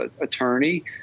attorney